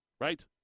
right